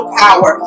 power